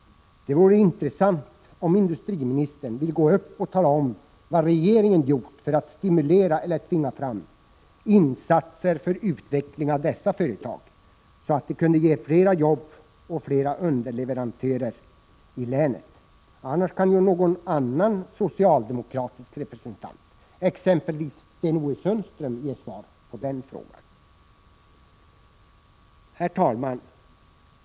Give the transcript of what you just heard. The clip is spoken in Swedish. Det vore intressant om industriministern — Prot. 1986/87:128 ville tala om vad regeringen har gjort för att stimulera eller tvinga fram 21 maj 1987 insatser för utveckling av dessa företag, så att de kunde ge flera jobb och flera underleverantörer i länet. Om inte industriministern kan tala om det, kan ju någon annan socialdemokratisk representant, exempelvis Sten-Ove Sundström, redogöra för den frågan. Herr talman!